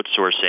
outsourcing